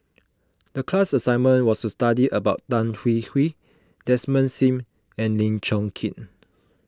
the class assignment was to study about Tan Hwee Hwee Desmond Sim and Lim Chong Keat